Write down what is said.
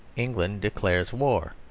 england declares war.